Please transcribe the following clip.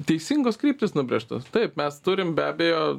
teisingos kryptys nubrėžtos taip mes turim be abejo